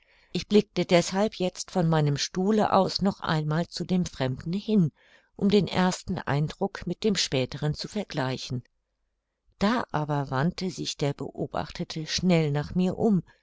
ich blickte deshalb jetzt von meinem stuhle aus noch einmal zu dem fremden hin um den ersten eindruck mit dem späteren zu vergleichen da aber wandte sich der beobachtete schnell nach mir um